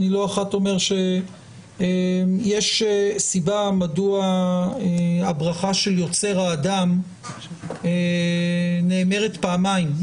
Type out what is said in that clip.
אני לא אחת אומר שיש סיבה מדוע הברכה של יוצר האדם נאמרת פעמיים.